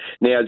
Now